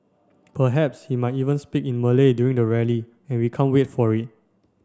perhaps he might even speak in Malay during the rally and we can't wait for it